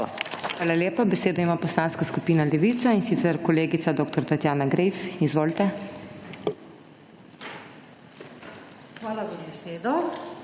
Hvala lepa. Besedo ima Poslanska skupina Levica, in sicer kolegica dr. Tatjana Greif. Izvolite. **DR.